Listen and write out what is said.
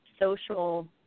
social